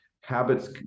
habits